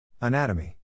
Anatomy